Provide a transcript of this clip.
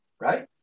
Right